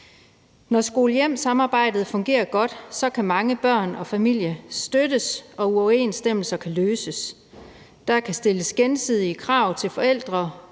Når skole-hjem-samarbejdet fungerer godt, kan mange børn og familier støttes, og uoverensstemmelser kan løses. Der kan stilles gensidige krav til forældre